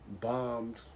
bombed